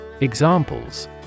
Examples